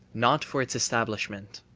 not for its establishment.